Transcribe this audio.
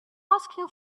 asking